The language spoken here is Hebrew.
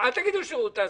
אל תגידו: שירות התעסוקה.